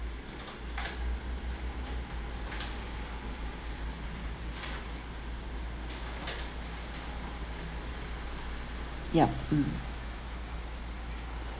yup mm